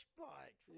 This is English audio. bike